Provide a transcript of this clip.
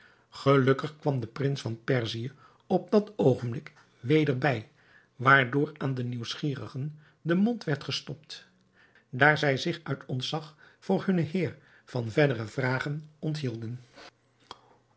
gelukkig kwam de prins van perzië op dat oogenblik weder bij waardoor aan de nieuwsgierigen den mond werd gestopt daar zij zich uit ontzag voor hunnen heer van verdere vragen onthielden